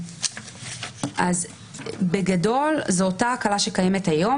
אז בגדול זו אותה הקלה שקיימת היום,